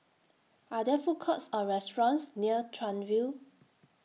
Are There Food Courts Or restaurants near Chuan View